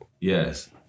Yes